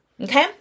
okay